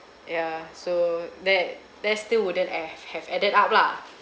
yeah so that that still ave~ have added up lah